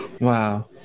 Wow